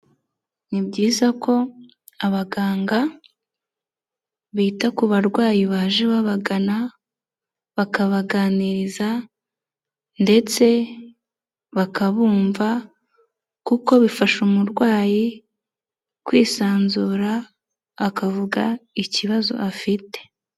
Ni byiza ko abaganga bita ku barwayi baje babagana, bakabaganiriza ndetse bakabumva kuko bifasha umurwayi kwisanzura akavuga ikibazo afite.